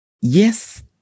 Yes